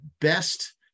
best